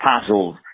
puzzles